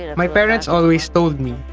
my parents always told me,